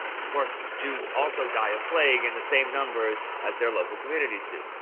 of course, jews also die of plague in the same numbers as their local communities do.